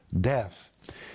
death